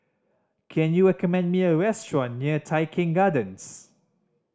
can you recommend me a restaurant near Tai Keng Gardens